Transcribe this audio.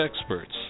experts